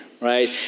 right